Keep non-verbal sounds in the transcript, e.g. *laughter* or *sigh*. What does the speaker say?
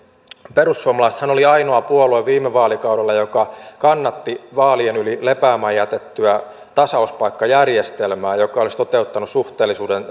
perussuomalaisethan oli ainoa puolue viime vaalikaudella joka kannatti vaalien yli lepäämään jätettyä tasauspaikkajärjestelmää joka olisi toteuttanut suhteellisuuden *unintelligible*